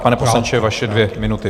Pane poslanče, vaše dvě minuty.